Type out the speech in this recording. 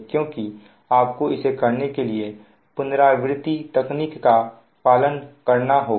क्योंकि आपको इसे करने के लिए पुनरावृत्ति तकनीक का पालन करना होगा